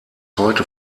heute